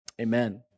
amen